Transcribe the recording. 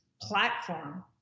platform